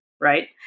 right